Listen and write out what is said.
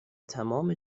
تمام